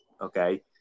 Okay